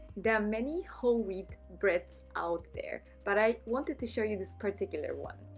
there are many whole wheat breads out there but i wanted to show you this particular one.